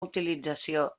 utilització